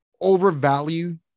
overvalue